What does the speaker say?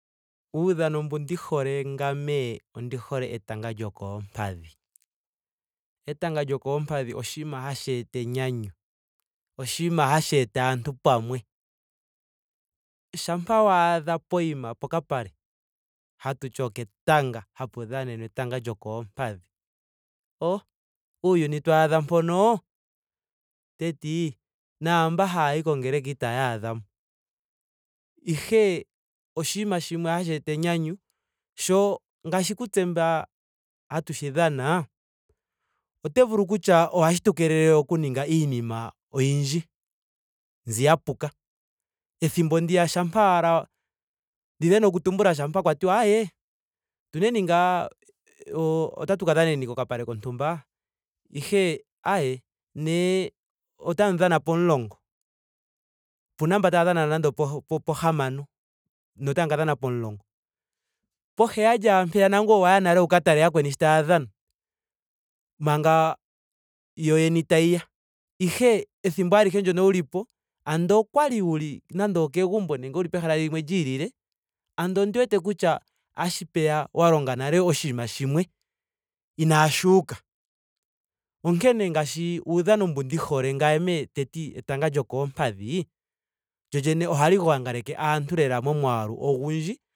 Uudhano mbu ndi hole ngame ondi hole etanga lyokoompadhi. Etanga lyokoompadhi oshinima hashi eta enyanyu. Oshinima hashi eta aantu pamwe. Shampa waadha poyima pokapale hatu ti oketanga hapu dhanenwa etanga lyokoompadhi o uuyuni to adha mpono. teeti naamba haayi kongeleka itaya adhamo. Ihe oshinima shimwe hahshi eta enyanyu. sho ngaashi kutse mba hatu shi dhana ote vulu kutya ohashi tu keelele oku ninga iinima oyindj mbi ya puka. Ethimbo ndiya shampa ashike nda dhina okutumbula shampa kwa tiwa aaye otu neni ngaa otatu ka dhaneni kokapale kontumba. ihe aaye nee otamu dhana pomulongo. opena nando oomba taya dhana opo- pohamano. ne otamu ka dhana pomulongo. poheyali ashike mpeya nangweye owa ya nale wu ka tale yakweni shi taya dhana manga yo yeni tayi ya. Ihe ethimbo alihe ndyono wulipo ando okwali wuli nando okegumbo nege pehala limwe lyiilile. ando ondi wete kutya otashi peya wa longa nale oshinima shimwe inaashi uka. Onkene ngaashi uudhano mbu ndi hole ngame teti etanga lyokoompadhi. lyo lyene ohali gongaleke aantu lela molwaalu ogundji